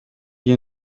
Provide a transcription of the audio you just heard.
your